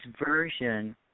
Version